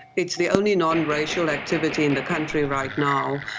it's the only non-racial activity in the country right now,